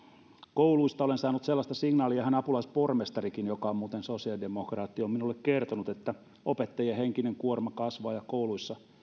kouluista olen saanut sellaista signaalia ihan apulaispormestarikin joka muuten on sosiaalidemokraatti on minulle kertonut että opettajien henkinen kuorma kasvaa ja kouluissa